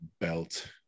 belt